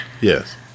yes